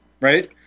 right